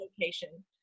location